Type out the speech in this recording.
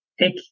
take